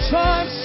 time